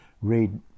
read